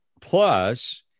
plus